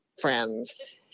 friends